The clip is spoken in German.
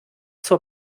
zur